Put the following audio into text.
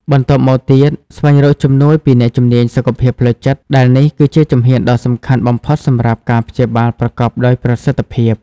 បន្ទាប់មកទៀត ស្វែងរកជំនួយពីអ្នកជំនាញសុខភាពផ្លូវចិត្តដែលនេះគឺជាជំហានដ៏សំខាន់បំផុតសម្រាប់ការព្យាបាលប្រកបដោយប្រសិទ្ធភាព។